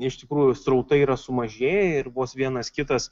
iš tikrųjų srautai yra sumažėję ir vos vienas kitas